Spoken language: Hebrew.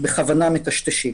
בכוונה מטשטשים,